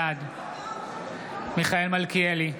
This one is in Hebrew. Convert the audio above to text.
בעד מיכאל מלכיאלי,